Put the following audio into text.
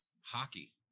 hockey